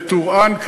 לטורעאן,